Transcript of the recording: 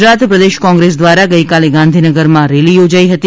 ગુજરાત પ્રદેશ કોંગ્રેસ દ્વારા ગઇકાલે ગાંધીનગરમાં રેલી યોજાઇ હતી